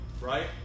right